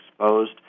exposed